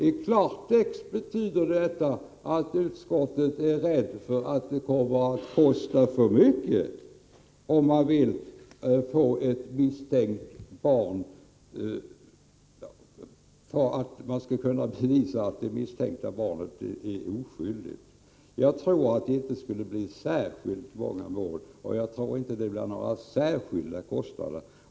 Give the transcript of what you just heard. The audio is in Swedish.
I klartext betyder detta att utskottet befarar att det kommer att kosta för mycket om man vill bevisa att ett misstänkt barn är oskyldigt. Jag tror inte att det skulle bli särskilt många mål, och jag tror inte att det blir några särskilt stora kostnader.